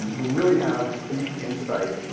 who really have deep insight